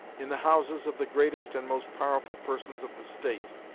in the houses of the greatest and most powerful persons of the state,